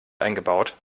eingebaut